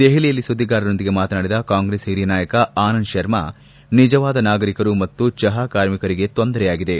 ದೆಹಲಿಯಲ್ಲಿ ಸುದ್ದಿಗಾರರೊಂದಿಗೆ ಮಾತನಾಡಿದ ಕಾಂಗ್ರೆಸ್ ಹಿರಿಯ ನಾಯಕ ಅನಂದ್ ಶರ್ಮಾ ನಿಜವಾದ ನಾಗರಿಕರು ಮತ್ತು ಚಹಾ ಕಾರ್ಮಿಕರಿಗೆ ತೊಂದರೆಯಾಗಿದೆ